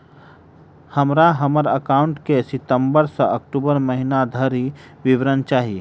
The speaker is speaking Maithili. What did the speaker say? हमरा हम्मर एकाउंट केँ सितम्बर सँ अक्टूबर महीना धरि विवरण चाहि?